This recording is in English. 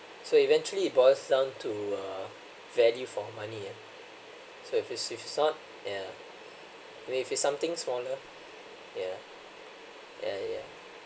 so eventually it boils down to uh value for money ah so if it's it's not yeah then if something smaller yeah yeah yeah